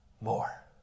more